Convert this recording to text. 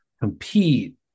compete